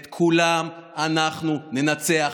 את כולם אנחנו ננצח,